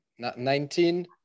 19